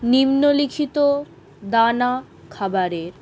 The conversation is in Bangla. নিম্নলিখিত দানা খাবারের